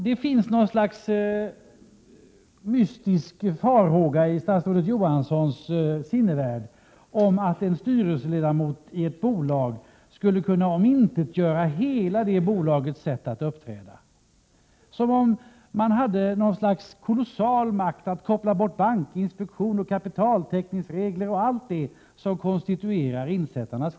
Det finns något slags mystisk farhåga i statsrådet Johanssons sinnevärld om att en styrelseledamot i ett bolag skulle kunna omintetgöra hela det bolagets handlande. Det verkar nästan som om man skulle ha en kolossal makt att koppla bort bankinspektion, kapitaltäckningsregler och allt annat som konstituerar skyddet för insättarna.